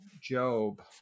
Job